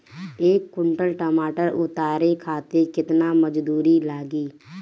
एक कुंटल टमाटर उतारे खातिर केतना मजदूरी लागी?